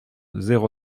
zéro